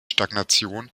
stagnation